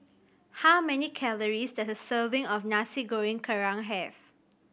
how many calories does a serving of Nasi Goreng Kerang have